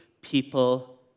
people